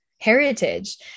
heritage